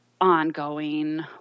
ongoing